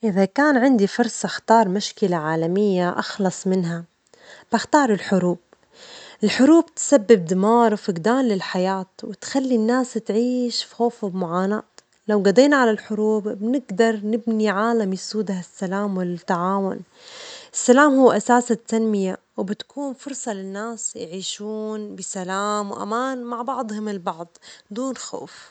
إذا كان عندي فرصة أختار مشكلة عالمية أخلص منها، فأختار الحروب، الحروب تسبب دمار وفجدان للحياة وتخلي الناس تعيش في خوف ومعاناة، لو جضينا على الحروب بنجدر نبني عالم يسوده السلام والتعاون، السلام هو أساس التنمية وبتكون فرصة للناس يعيشون بسلام وأمان مع بعضهم البعض دون خوف.